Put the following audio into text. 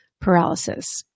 paralysis